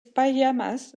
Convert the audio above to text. pajamas